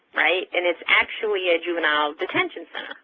right, and it's actually a juvenile detention